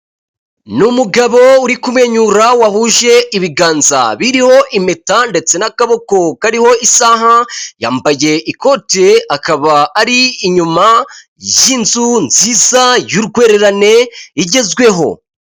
Ni umugabo uri kumwenyura wahuje ibiganza biriho impeta, ndetse n'akaboko kariho isaha, yambaye ikote akaba ari inyuma y'inzu nziza y'urwererane igezweho.